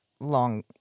long